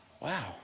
Wow